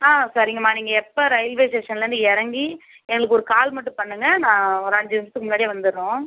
ஆ சரிங்கம்மா நீங்கள் எப்போ ரயில்வே ஸ்டேஷன்லேந்து இறங்கி எங்களுக்கு ஒரு கால் மட்டும் பண்ணுங்கள் நான் ஒரு அஞ்சு நிமிஷத்துக்கு முன்னடியே வந்துடுறோம்